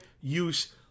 use